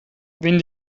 wenn